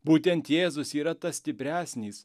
būtent jėzus yra tas stipresnis